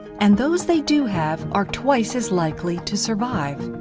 and those they do have, are twice as likely to survive.